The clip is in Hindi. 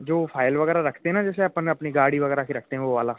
जो फ़ाइल वगैरह रखते ना जैसे अपन अपनी गाड़ी वगैरह की रखते हैं वो वाला